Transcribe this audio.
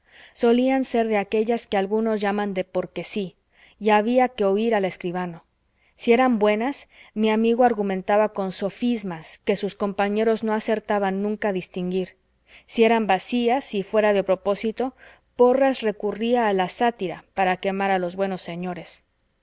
solían ser de aquellas que algunos llaman de porque si y había que oír al escribano si eran buenas mi amigo argumentaba con sofismas que sus compañeros no acertaban nunca a distinguir si eran vacías y fuera de propósito porras recurría a la sátira para quemar a los buenos señores